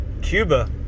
Cuba